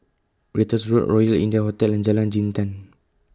Ratus Road Royal India Hotel and Jalan Jintan